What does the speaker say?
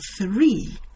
three